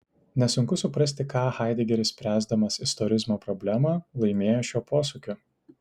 nesunku suprasti ką haidegeris spręsdamas istorizmo problemą laimėjo šiuo posūkiu